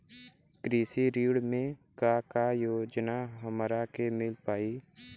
कृषि ऋण मे का का योजना हमरा के मिल पाई?